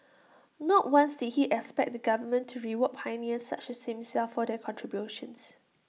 not once did he expect the government to reward pioneers such as himself for their contributions